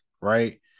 right